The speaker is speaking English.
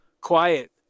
Quiet